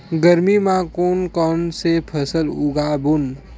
गरमी मा कोन कौन से फसल उगाबोन?